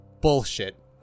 bullshit